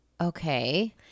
Okay